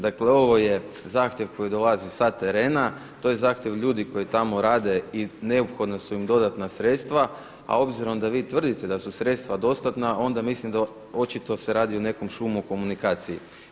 Dakle ovo je zahtjev koji dolazi sa terena, to je zahtjev od ljudi koji tamo rade i neophodna su im dodatna sredstva a obzirom da vi tvrdite da su sredstva dostatna onda mislim da očito se radi o nekom šumu u komunikaciji.